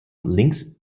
lynx